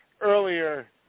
earlier